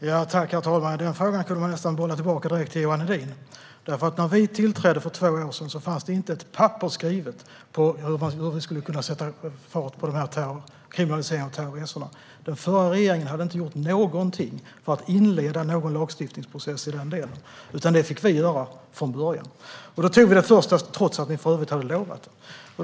Herr talman! Den frågan kan jag nästan bolla tillbaka direkt till Johan Hedin. När vi tillträdde för två år sedan fanns det inte ett enda papper skrivet om hur man skulle sätta fart på kriminaliseringen av terrorresorna. Den förra regeringen hade inte gjort någonting för att inleda en lagstiftningsprocess. Det fick vi göra från början, trots att ni hade lovat det.